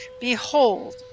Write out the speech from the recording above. Behold